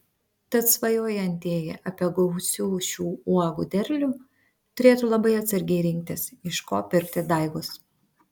tad svajojantieji apie gausių šių uogų derlių turėtų labai atsargiai rinktis iš ko pirkti daigus